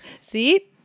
See